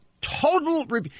total